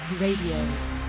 Radio